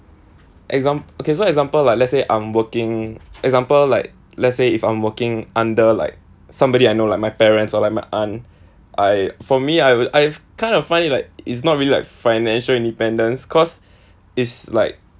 exam~ okay so example like let's say I'm working example like let's say if I'm working under like somebody I know like my parents or like my aunt I for me I would I've kind of find it like it's not really like financial independence cause it's like